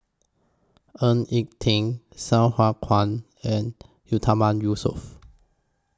Ng Eng Teng Sai Hua Kuan and Yatiman Yusof